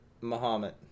Muhammad